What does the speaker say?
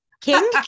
King